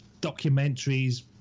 documentaries